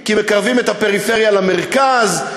כי מקרבים את הפריפריה למרכז,